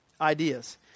ideas